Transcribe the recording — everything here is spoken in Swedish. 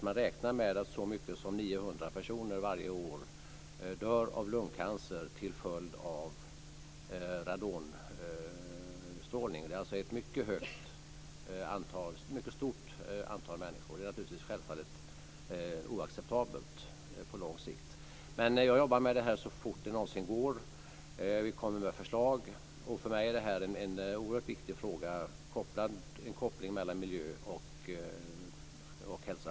Man räknar med att så många som 900 personer dör av lungcancer varje år till följd av radonstrålning. Det är alltså ett mycket stort antal människor. Det är självfallet oacceptabelt på lång sikt. Jag jobbar med det här så fort som det någonsin går. Vi kommer med förslag. För mig är det här en oerhört viktig fråga. Det är en koppling mellan miljö och hälsa.